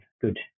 good